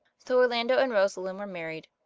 so orlando and rosalind were married,